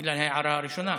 בגלל ההערה הראשונה.